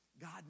God